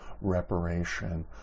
reparation